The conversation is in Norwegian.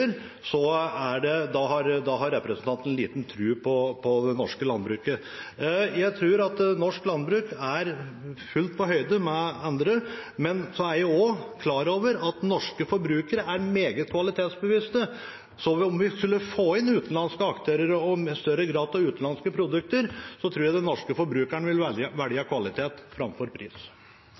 har representanten liten tro på det norske landbruket. Jeg tror at norsk landbruk er fullt på høyde med landbruket andre steder. Men så er jeg også klar over at norske forbrukere er meget kvalitetsbevisste, så om vi skulle få inn utenlandske aktører og i større grad utenlandske produkter, tror jeg den norske forbrukeren vil velge kvalitet framfor pris.